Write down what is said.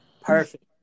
Perfect